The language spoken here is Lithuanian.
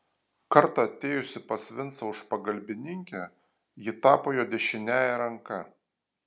kartą atėjusi pas vincą už pagalbininkę ji tapo jo dešiniąja ranka